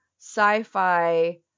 sci-fi